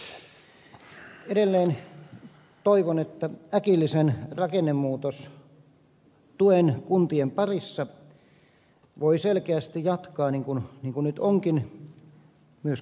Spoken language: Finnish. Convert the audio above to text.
edelleen toivon että äkillisen rakennemuutostuen kuntien parissa voi selkeästi jatkaa niin kuin nyt onkin myös keuruu